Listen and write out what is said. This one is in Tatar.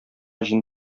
җен